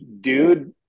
dude